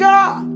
God